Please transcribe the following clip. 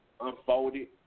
unfolded